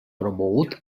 promogut